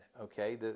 okay